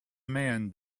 man